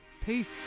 Peace